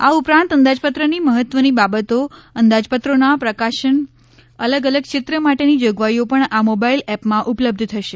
આ ઉપરાંત અંદાજપત્રની મહત્વની બાબતો અંદાજપત્રોના પ્રકાશન અલગ અલગ ક્ષેત્ર માટેની જોગવાઈઓ પણ આ મોબાઇલ એપમાં ઉપલબ્ધ થશે